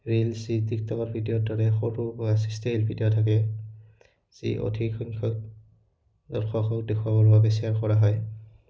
reel চি টিকটকৰ ভিডিঅ'ৰ দৰে সৰু বা ষ্টিল ভিডিঅ' থাকে যি অধিক সংখ্যক দৰ্শকক দেখুৱাবৰ বাবে শ্বেয়াৰ কৰা হয়